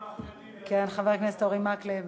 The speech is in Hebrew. חבר הכנסת אורי מקלב,